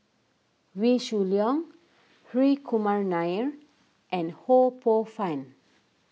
Wee Shoo Leong Hri Kumar Nair and Ho Poh Fun